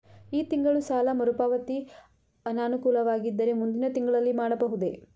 ಈ ತಿಂಗಳು ಸಾಲ ಮರುಪಾವತಿ ಅನಾನುಕೂಲವಾಗಿದ್ದರೆ ಮುಂದಿನ ತಿಂಗಳಲ್ಲಿ ಮಾಡಬಹುದೇ?